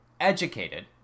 educated